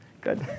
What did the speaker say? good